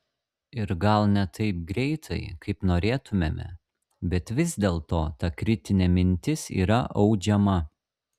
ir gal ne taip greitai kaip norėtumėme bet vis dėlto ta kritinė mintis yra audžiama